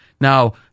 Now